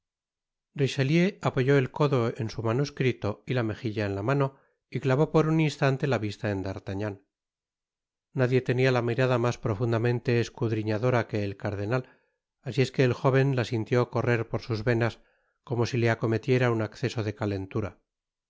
richelieu apoyó el codo en su manuscrito y la mejilla en la mano y clavó por un instante la vista en d'artagnan nadie tenia la mirada mas profundamente escudriñadora que el cardenal asi es que el jóven la sintió correr por sus venas como si le acometiera un acceso de calentura